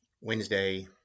Wednesday